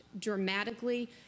dramatically